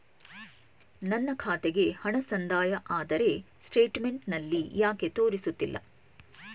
ನನ್ನ ಖಾತೆಗೆ ಹಣ ಸಂದಾಯ ಆದರೆ ಸ್ಟೇಟ್ಮೆಂಟ್ ನಲ್ಲಿ ಯಾಕೆ ತೋರಿಸುತ್ತಿಲ್ಲ?